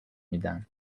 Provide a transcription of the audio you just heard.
میدن